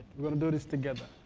we're gonna do this together.